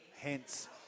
hence